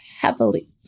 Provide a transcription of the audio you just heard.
heavily